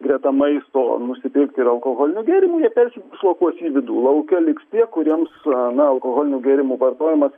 greta maisto nusipirkti ir alkoholinių gėrimų jie persidislokuos į vidų lauke liks tie kuriems na alkoholinių gėrimų vartojimas